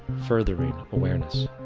furthering awareness.